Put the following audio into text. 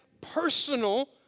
personal